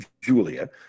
julia